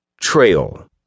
Trail